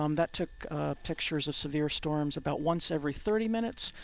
um that took pictures of severe storms about once every thirty minutes.